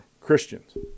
Christians